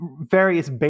various